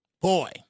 Boy